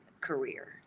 career